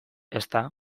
ezta